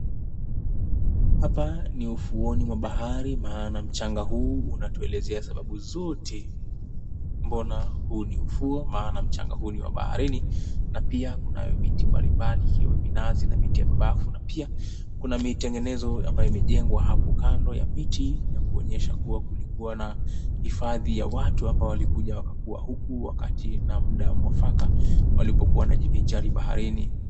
Hapa ni ufuoni mwa bahari maana mchanga hu unatuelezea sababu zote mbona hu ni ufuo, maana mchanga hu ni wa baharini na pia kunayo miti mbalimbali ikiwemo minazi na miti ya madafu na pia kuna mitengenezo ambayo imejengwa hapo kando ya miti ya kuonyesha kuwa kulikuwa na hifadhi ya watu ambao walikuja wakakuwa huku wakati na muda mwafaka walipokuwa wanajivinjari baharini.